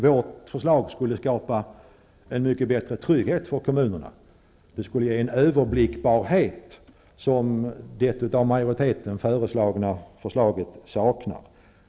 Vårt förslag skulle skapa en mycket bättre trygghet för kommunerna. Det skulle ge en överblickbarhet som det av majoriteten föreslagna förslaget saknar.